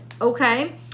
okay